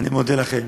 אני מודה לכם.